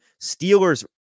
Steelers